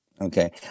Okay